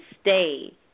stay